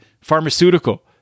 pharmaceutical